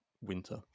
winter